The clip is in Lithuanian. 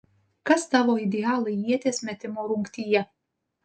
kas tavo idealai ieties metimo rungtyje